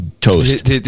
toast